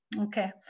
okay